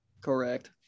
Correct